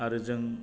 आरो जों